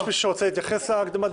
יש מישהו שרוצה להתייחס להקדמת הדיון?